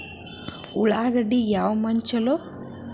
ಉಳ್ಳಾಗಡ್ಡಿಗೆ ಯಾವ ಮಣ್ಣು ಛಲೋ?